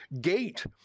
gate